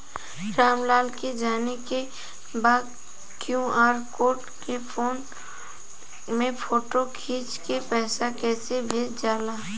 राम लाल के जाने के बा की क्यू.आर कोड के फोन में फोटो खींच के पैसा कैसे भेजे जाला?